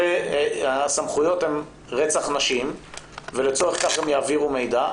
שהסמכויות על רצח נשים ולצורך כך יעבירו מידע,